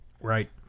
Right